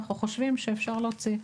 אנחנו חושבים שאפשר להוציא.